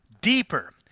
deeper